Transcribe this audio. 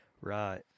Right